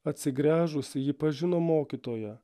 atsigręžusi ji pažino mokytoją